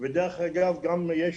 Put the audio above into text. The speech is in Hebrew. ודרך אגב גם יש